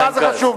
מה זה חשוב?